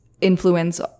influence